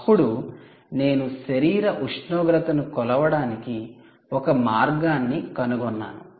అప్పుడు నేను శరీర ఉష్ణోగ్రతను కొలవడానికి ఒక మార్గాన్ని కనుగొన్నాను